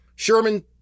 Sherman